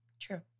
True